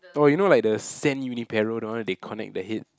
oh you know like the sand uniperal the one they connect the head